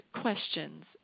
questions